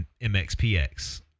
MXPX